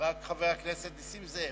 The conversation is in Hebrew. רק חבר הכנסת נסים זאב.